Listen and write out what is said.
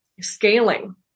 scaling